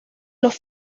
los